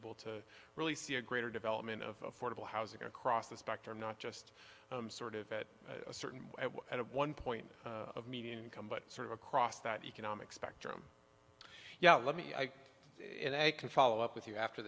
able to really see a greater development of affordable housing across the spectrum not just sort of at a certain kind of one point of median income but sort of across that economic spectrum yeah let me i in a can follow up with you after